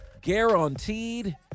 guaranteed